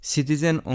Citizen